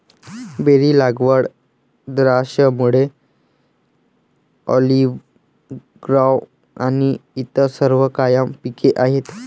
berry लागवड, द्राक्षमळे, olive grove आणि इतर सर्व कायम पिके आहेत